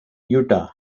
utah